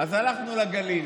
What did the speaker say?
אז הלכנו לגליל.